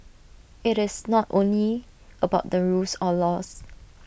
IT is not only about the rules or laws